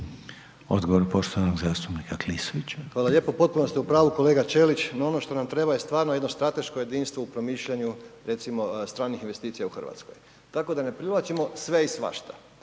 Odgovor poštovanog zastupnika Klisovića. **Klisović, Joško (SDP)** Hvala lijepo. Potpuno ste u pravu kolega Ćelić, no ono što nam treba je stvarno jedno strateško jedinstvo u promišljanju recimo stranih investicija u Hrvatskoj. Tako da ne privlačimo sve i svašta